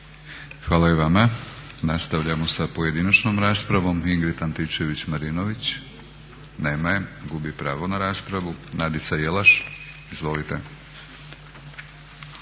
Hvala i vama. Nastavljamo s pojedinačnom raspravom. Ingrid Antičević-Marinović. Nema je, gubi pravo na raspravu. Nadica Jelaš. Izvolite.